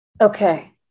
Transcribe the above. Okay